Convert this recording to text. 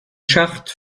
schacht